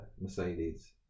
Mercedes